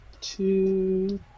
two